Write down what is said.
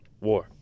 War